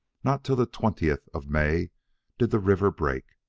not till the twentieth of may did the river break.